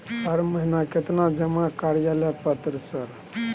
हर महीना केतना जमा कार्यालय पत्र सर?